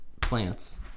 Plants